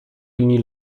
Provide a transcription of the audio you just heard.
linii